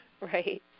Right